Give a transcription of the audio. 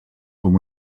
com